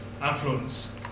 Affluence